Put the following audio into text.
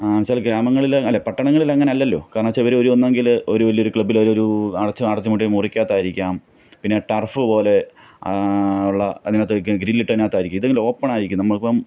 ആച്ചാല് ഗ്രാമങ്ങളിൽ അല്ല പട്ടണങ്ങളിലങ്ങനെ അല്ലല്ലോ കാരണം വെച്ചാൽ ഇവർ ഒരു ഒന്നുകിൽ ഒരു വലിയൊരു ക്ലബ്ബിൽ ഒരു ഒരു അടച്ച് അടച്ചുപൂട്ടിയ മുറിയ്ക്കകത്തായിരിക്കാം പിന്നെ ടർഫ് പോലെ ഉള്ള അതിനകത്ത് മിക്കതും ഗ്രില്ലിട്ടതിനകത്തായിരിക്കും ഇതങ്ങ് ഓപ്പണായിരിക്കും നമ്മളിപ്പം